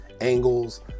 angles